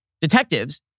detectives